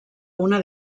una